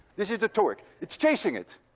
this is the torque. it's chasing it.